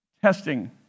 Testing